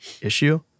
issue